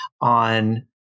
on